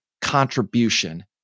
contribution